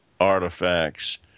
artifacts